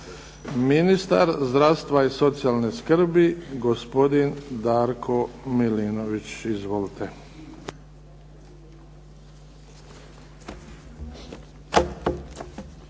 Ministar zdravstva i socijalne skrbi gospodin Darko Milinović. **Milinović,